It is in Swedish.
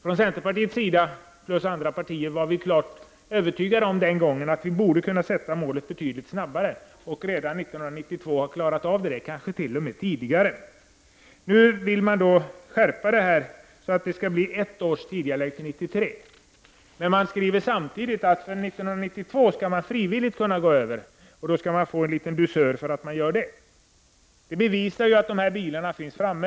Från centerpartiet och från andra partier var vi den gången övertygade om att målet borde kunna uppnås redan till år 1992 eller t.o.m. tidigare. Nu vill utskottet att beslutet skall skärpas och att införandet av bestämmelserna tidigareläggs ett år, dvs. att de skall gälla fr.o.m. 1993 års modeller. Men utskottet skriver samtidigt att den som 1992 frivilligt följer de nya bestämmelserna skall få en liten dusör för detta. Detta bevisar att fordon som uppfyller dessa normer finns framtagna.